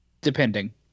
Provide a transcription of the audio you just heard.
depending